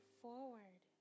forward